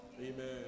Amen